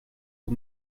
pro